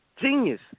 Genius